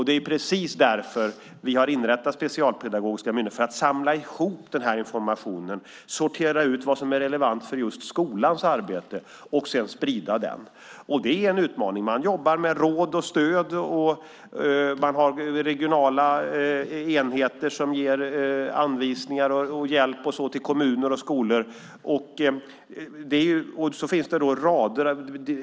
Det är precis därför vi har inrättat Specialpedagogiska myndigheten - för att samla ihop informationen, sortera ut vad som är relevant för just skolans arbete och sedan sprida den. Det är en utmaning. Man jobbar med råd och stöd och man har regionala enheter som ger anvisningar, hjälp och så vidare till kommuner och skolor.